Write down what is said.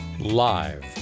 live